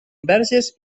verges